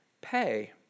pay